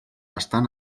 estan